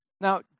Now